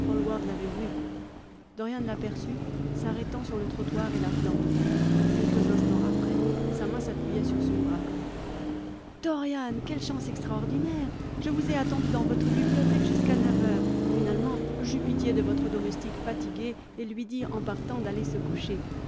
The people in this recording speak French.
l'avait vu dorian laperçut sarrêtant sur le trottoir et l'appelant quelques instants après sa main s'appuyait sur son bras dorian quelle chance extraordinaire je vous ai attendu dans votre bibliothèque jusqu'à neuf heures finalement j'eus pitié de votre domestique fatigué et lui dis en partant d'aller se coucher